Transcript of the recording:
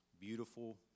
beautiful